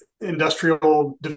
industrial